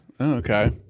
Okay